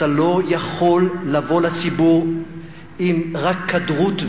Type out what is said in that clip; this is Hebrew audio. אתה לא יכול לבוא לציבור רק עם קדרות,